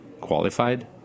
qualified